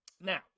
Now